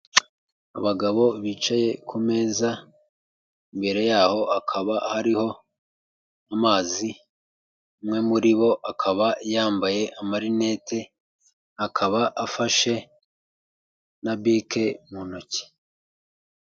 Abagabo bicaye ku meza, mbere yaho hakaba hariho amazi, umwe muri bo akaba yambaye amarinete, akaba afashe na bike mu ntoki.